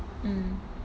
mm